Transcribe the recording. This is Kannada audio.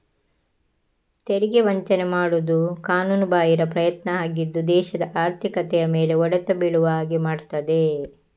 ತೆರಿಗೆ ವಂಚನೆ ಮಾಡುದು ಕಾನೂನುಬಾಹಿರ ಪ್ರಯತ್ನ ಆಗಿದ್ದು ದೇಶದ ಆರ್ಥಿಕತೆಯ ಮೇಲೆ ಹೊಡೆತ ಬೀಳುವ ಹಾಗೆ ಮಾಡ್ತದೆ